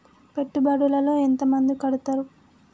పెట్టుబడుల లో ఎంత మంది కడుతరు?